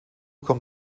kam